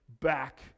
back